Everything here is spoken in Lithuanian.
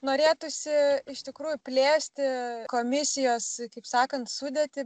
norėtųsi iš tikrųjų plėsti komisijos kaip sakant sudėtį